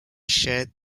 shared